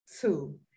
two